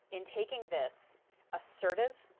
in taking this assertive,